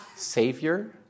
Savior